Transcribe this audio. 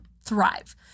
thrive